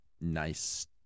nice